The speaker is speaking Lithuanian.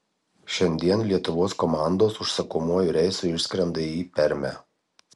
šiandien lietuvos komandos užsakomuoju reisu išskrenda į permę